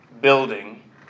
building